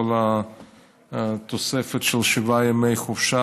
כל התוספת של שבעה ימי חופשה,